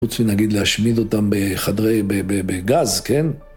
חוץ מנגיד להשמיד אותם בחדרי... בגז, כן?